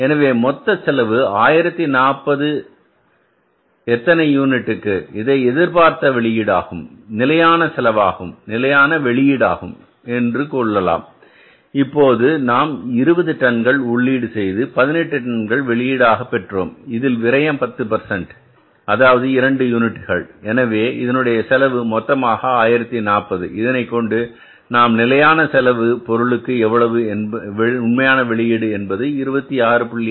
எனவே மொத்த செலவு 1040 எத்தனை யூனிட்டுக்கு இதனை எதிர்பார்த்த வெளியீடாகும் நிலையான செலவாகும் நிலையான வெளியீடாகும் கொள்ளலாம் இப்போது நாம் 20 டன்கள் உள்ளீடு செய்து 18 டன்கள் வெளியீடாக பெற்றோம் இதில் விரயம் 10 அதாவது 2 யூனிட்டுகள் எனவே இதனுடைய செலவு மொத்தமாக 1040 இதனைக் கொண்டு நான் நிலையான செலவு பொருளுக்கு எவ்வளவு உண்மையான வெளியீடு என்பது 26